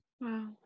Wow